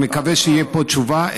אני מקווה שתהיה פה תשובה.